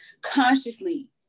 consciously